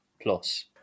plus